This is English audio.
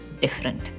different